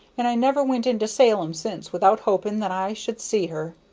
and i never went into salem since without hoping that i should see her.